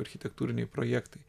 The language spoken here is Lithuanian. architektūriniai projektai